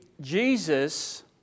Jesus